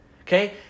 Okay